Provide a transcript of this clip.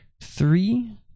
three